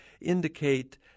indicate